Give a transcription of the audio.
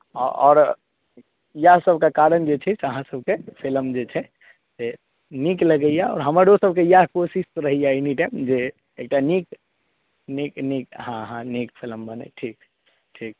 आओर यहए सबके कारण जे छै से अहाँ सबके फिलम जे छै से नीक लगैए आओर हमरो सबके यहए कोशिश रहैए एनी टाइम जे एक टा नीक नीक नीक हँ नीक फिलिम बनै ठीक ठीक